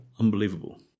unbelievable